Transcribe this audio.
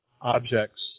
objects